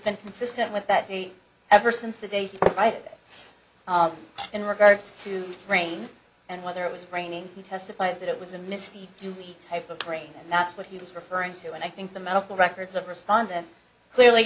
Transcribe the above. been consistent with that date ever since the day in regards to rain and whether it was raining he testified that it was a misty duty type of brain that's what he was referring to and i think the medical records of respondent clearly